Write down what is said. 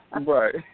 Right